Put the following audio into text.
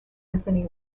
anthony